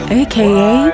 aka